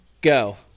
go